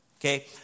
Okay